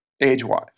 age-wise